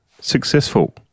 successful